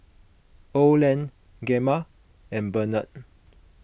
Oland Gemma and Barnett